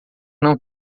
não